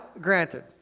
granted